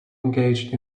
engaged